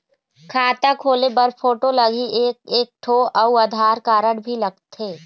खाता खोले बर फोटो लगही एक एक ठो अउ आधार कारड भी लगथे?